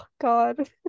God